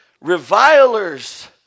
revilers